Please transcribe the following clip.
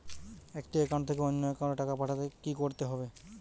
একটি একাউন্ট থেকে অন্য একাউন্টে টাকা পাঠাতে কি করতে হবে?